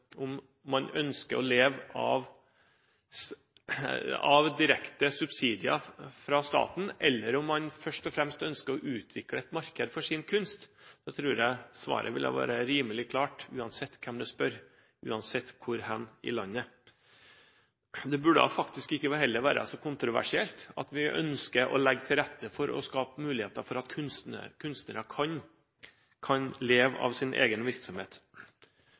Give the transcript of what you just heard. om man ønsker å leve av direkte subsidier fra staten eller om man først og fremst ønsker å utvikle et marked for sin kunst, så tror jeg svaret ville være rimelig klart – uansett hvem du spør, og uansett hvor i landet det er. Det burde faktisk heller ikke være så kontroversielt at vi ønsker å legge til rette for å skape muligheter for at kunstnere kan leve av sin egen virksomhet.